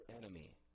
enemy